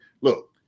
look